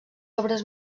obres